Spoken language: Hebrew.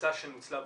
המכסה שנוצלה בפועל,